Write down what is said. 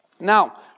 Now